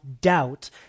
doubt